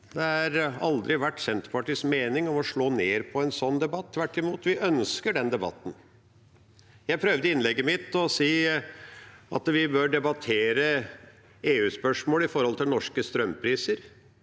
Det har aldri vært Senterpartiets mening å slå ned på en sånn debatt. Tvert imot, vi ønsker den debatten. Jeg prøvde i innlegget mitt å si at vi bør debattere EU-spørsmålet knyttet til norske strømpriser